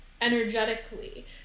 energetically